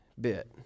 bit